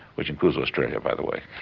which includes australia by the way.